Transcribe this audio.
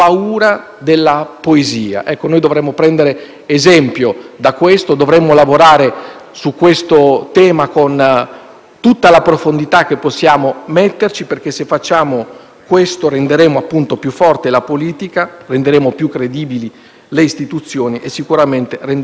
esempio da questo. Dovremmo lavorare su questo tema con tutta la profondità che possiamo metterci perché, se lo facciamo, renderemo più forte la politica, renderemo più credibili le istituzioni e sicuramente renderemo più civile il nostro Paese. *(Applausi